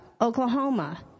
Oklahoma